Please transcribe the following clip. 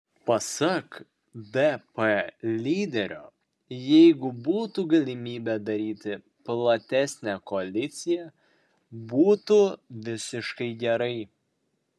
pasak dp lyderio jeigu būtų galimybė daryti platesnę koaliciją būtų visiškai gerai